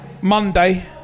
Monday